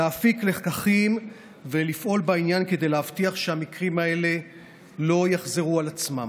להפיק לקחים ולפעול בעניין כדי להבטיח שהמקרים האלה לא יחזרו על עצמם.